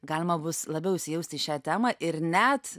galima bus labiau įsijausti į šią temą ir net